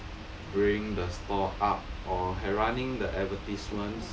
bringing the store up or running the advertisements